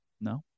No